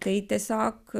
tai tiesiog